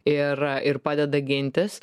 ir ir padeda gintis